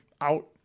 out